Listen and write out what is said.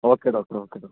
okay doctor okay doctor